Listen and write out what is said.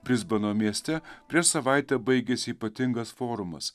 brisbano mieste prieš savaitę baigėsi ypatingas forumas